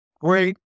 great